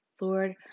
Lord